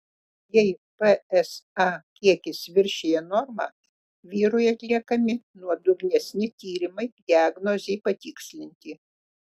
jei psa kiekis viršija normą vyrui atliekami nuodugnesni tyrimai diagnozei patikslinti